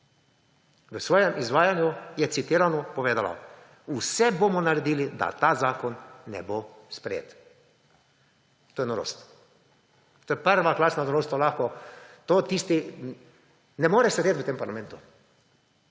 V svojem izvajanju je citirano povedala: vse bomo naredili, da ta zakon ne bo sprejet. To je norost. To je prvoklasna norost, to lahko, to tisti ne more sedeti v tem parlamentu.